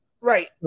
Right